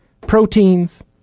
proteins